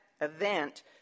event